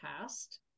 past